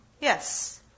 Yes